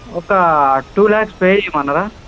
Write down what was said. ఒక two lakhs pay చేయమంటారా